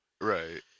Right